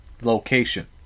location